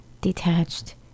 detached